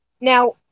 Now